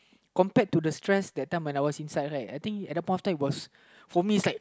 compared to the stress that time when I was inside right I think at the point of time for me it's like